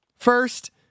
First